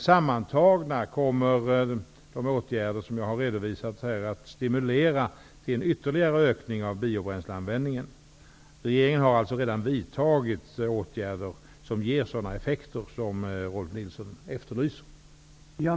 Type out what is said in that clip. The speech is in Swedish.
Sammantagna kommer de åtgärder som jag har redovisat här att stimulera till en ytterligare ökning av biobränsleanvändningen. Regeringen har alltså redan vidtagit åtgärder som ger sådana effekter som Rolf L Nilson efterlyser. Då Rolf L Nilson, som framställt frågan, anmält att han var förhindrad att närvara vid sammanträdet, medgav andre vice talmannen att Jan Jennehag i stället fick delta i överläggningen.